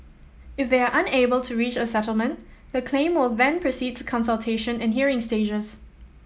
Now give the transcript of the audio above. if they are unable to reach a settlement the claim will then proceed to consultation and hearing stages